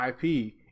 IP